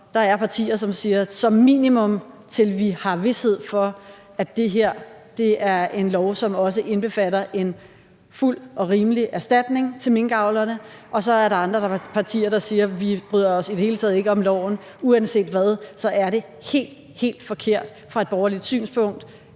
der er partier, der siger, at det som minimum skal skubbes, til vi har vished for, at det her er en lov, som også indbefatter en fuld og rimelig erstatning til minkavlerne. Og så er der andre partier, der siger, at vi bryder os i det hele taget ikke om loven. Uanset hvad er det helt, helt forkert set fra et borgerligt synspunkt